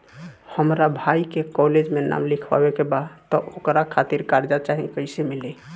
हमरा भाई के कॉलेज मे नाम लिखावे के बा त ओकरा खातिर कर्जा चाही कैसे मिली?